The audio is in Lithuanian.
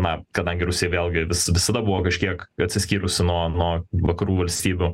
na kadangi rusija vėlgi vis visada buvo kažkiek atsiskyrusi nuo nuo vakarų valstybių